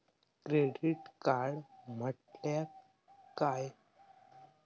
Credit card म्हटल्या काय?